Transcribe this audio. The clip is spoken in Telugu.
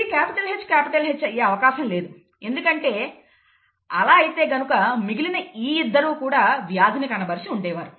ఇది HH అయ్యే అవకాశం లేదు ఎందుకంటే అలా అయితే గనుక మిగిలిన ఈ ఇద్దరూ కూడా వ్యాధిని కనబరిచే వారు